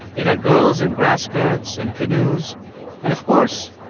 it had girls in grass skirts and canoes and, of course,